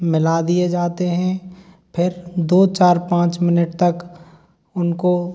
मिला दिए जाते हैं फिर दो चार पाँच मिनट तक उनको